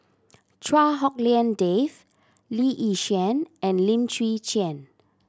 Chua Hak Lien Dave Lee Yi Shyan and Lim Chwee Chian